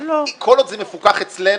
כל עוד זה מפוקח אצלנו,